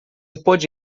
pode